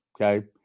Okay